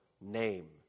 name